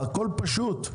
הכול פשוט,